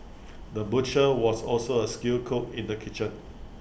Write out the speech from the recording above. the butcher was also A skilled cook in the kitchen